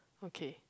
okay